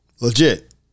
legit